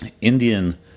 Indian